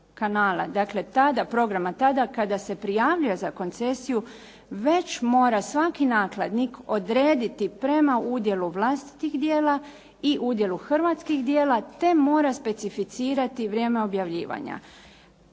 tada programa, tada kada se prijavljuje za koncesiju već mora svaki nakladnik odrediti prema udjelu vlastitih djela i udjelu hrvatskih djela te mora specificirati vrijeme objavljivanja.